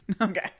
Okay